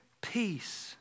peace